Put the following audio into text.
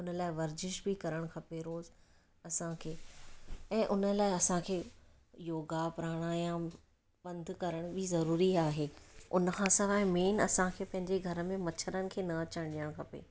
उन लाइ वर्जिश बि करणु खपे रोज़ असांखे ऐं उन लाइ असांखे योगा प्राणायाम पंधि करण बि जरूरी आहे उन खां सवाइ मेंन असांखे पंहिंजे घरनि में मच्छरनि खे न अचणु ॾियणु खपे